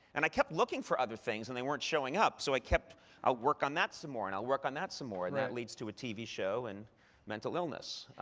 and i kept looking for other things and they weren't showing up. so i kept i'll work on that some more, and i'll work on that some more. and that leads to a tv show and mental illness.